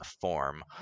form